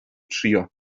trio